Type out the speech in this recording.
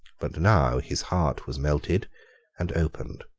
but now his heart was melted and opened.